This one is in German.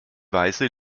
weise